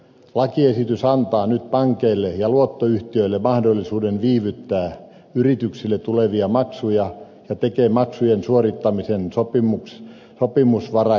lakiesitys antaa nyt pankeille ja luottoyhtiöille mahdollisuuden viivyttää yrityksille tulevia maksuja ja tekee maksujen suorittamisen sopimusvaraiseksi